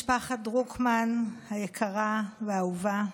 משפחת דרוקמן היקרה והאהובה,